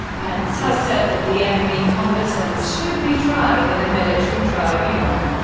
pence has said that the enemy combatants should be tried in a military tribunal.